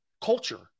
Culture